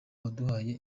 waduhaye